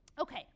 Okay